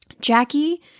Jackie